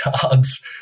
jobs